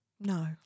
No